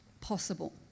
possible